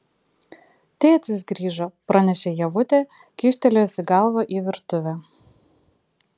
tėtis grįžo pranešė ievutė kyštelėjusi galvą į virtuvę